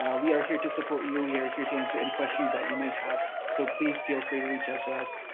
we are here to support you. we are here to answer any questions that you might have. so please feel free to reach out to us.